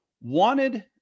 wanted